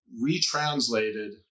retranslated